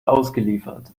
ausgeliefert